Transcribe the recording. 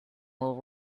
will